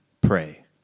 pray